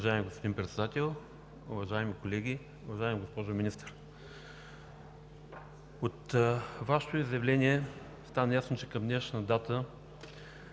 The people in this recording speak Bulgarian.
Уважаеми господин Председател, уважаеми колеги! Уважаема госпожо Министър, от Вашето изявление стана ясно, че към днешна дата